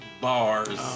Bars